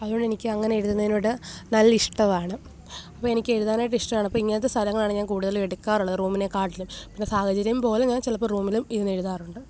അതുകൊണ്ട് എനിക്ക് അങ്ങനെ എഴുതുന്നതിനോട് നല്ല ഇഷ്ടമാണ് അപ്പം എനിക്കെഴുതാനേറ്റവും ഇഷ്ടമാണ് അപ്പം ഇങ്ങനത്തെ സ്ഥലങ്ങളാണ് ഞാന് കൂടുതലും എടുക്കാറുള്ളത് റൂമിനെക്കാട്ടിലും പിന്നെ സാഹചര്യം പോലെ ഞാന് ചിലപ്പം റൂമിലും ഇരുന്ന് എഴുതാറുണ്ട്